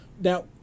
Now